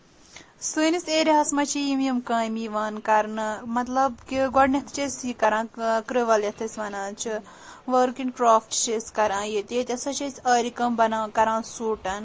سٲنِس ایٚریاہَس منٛز چھٕ یِم یِم کامہِ یِوان کرنہٕ مطلب کہِ گۄڈٕنیٚتھٕے چھِ أسۍ یہِ کران کرٕول یَتھ أسۍ وَنان چھِ ؤرک اِن کرافٹ چھِ أسۍ کران ییٚتہِ ییٚتہِ ہسا چھِ أسۍ آرِ کٲم بَناوان کران سوٗٹن